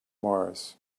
mars